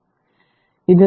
അതിനാൽ ഇത് 3